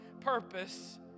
purpose